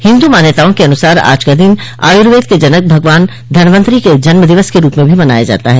हिन्दू मान्यताओं के अनुसार आज का दिन आयूर्वेद के जनक भगवान धनवंतरी के जन्म दिवस के रूप में भी मनाया जाता है